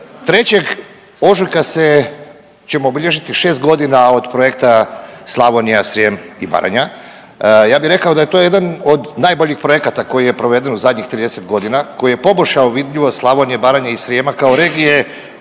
3. ožujka se, ćemo bilježiti 6.g. od Projekta Slavonija, Srijem i Baranja. Ja bi rekao da je to jedan od najboljih projekata koji je proveden u zadnjih 30.g., koji je poboljšao vidljivost Slavonije, Baranje i Srijema kao regije